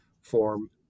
form